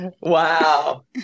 Wow